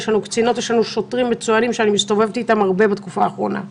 קצינות ושוטרים מצוינים שאני מסתובבת איתם הרבה בתקופה האחרונה.